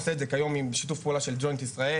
עושה את זה כיום עם שיתוף פעולה של ג'וינט ישראל,